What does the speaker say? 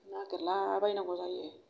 नागेरला बायनांगौ जायो